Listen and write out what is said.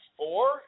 four